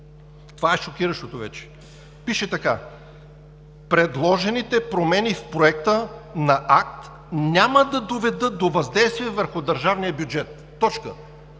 това е шокиращото вече, пише така: „Предложените промени в Проекта на акт няма да доведат до въздействие върху държавния бюджет.“ Точка!